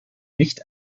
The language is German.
nicht